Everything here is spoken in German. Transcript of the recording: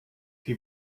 die